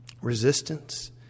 resistance